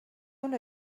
una